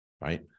right